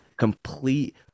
complete